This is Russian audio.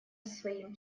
своим